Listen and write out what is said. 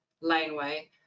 laneway